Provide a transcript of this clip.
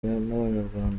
n’abanyarwanda